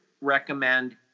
recommend